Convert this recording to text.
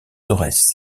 aurès